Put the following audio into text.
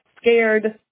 scared